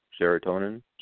serotonin